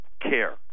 care